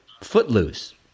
Footloose